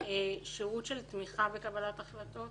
שירות של תמיכה בקבלת החלטות